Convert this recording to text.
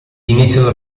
iniziano